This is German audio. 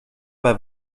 bei